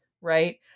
right